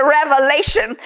revelation